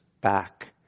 back